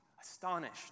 astonished